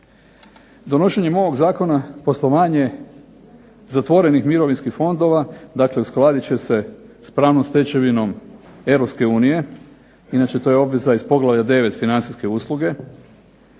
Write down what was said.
Donošenjem ovog zakona poslovanje zatvorenih mirovinskih fondova, dakle uskladit će se s pravnom stečevinom Europske unije, inače to je obveza iz poglavlja 9. financijske usluge,